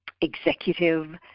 executive